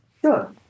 Sure